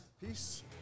Peace